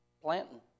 planting